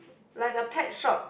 like the pet shop